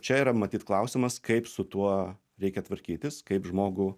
čia yra matyt klausimas kaip su tuo reikia tvarkytis kaip žmogų